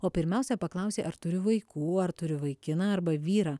o pirmiausia paklausė ar turiu vaikų ar turiu vaikiną arba vyrą